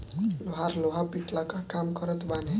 लोहार लोहा पिटला कअ काम करत बाने